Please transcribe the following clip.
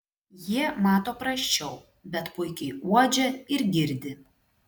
jie mato prasčiau bet puikiai uodžia ir girdi